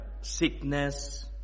sickness